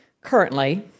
currently